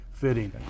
fitting